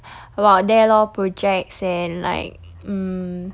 about there lor projects and like mm